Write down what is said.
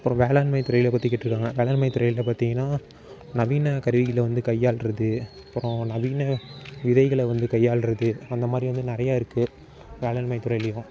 அப்புறம் வேளாண்மை துறையில் பற்றி கேட்டிருக்காங்க வேளாண்மை துறையில் பார்த்திங்கனா நவீனக் கருவிகளை வந்து கையாள்கிறது அப்புறம் நவீன விதைகளை வந்து கையாள்கிறது அந்தமாதிரி வந்து நிறையா இருக்கு வேளாண்மை துறையிலேயும்